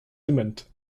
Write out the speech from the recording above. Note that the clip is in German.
dement